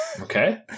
Okay